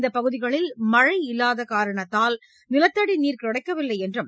இந்தப் பகுதிகளில் மழை இல்லாத காரணத்தால் நிலத்தடி நீர் கிடைக்கவில்லை என்றும்